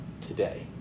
today